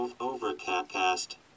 Overcast